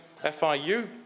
FIU